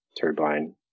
turbine